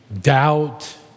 doubt